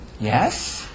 Yes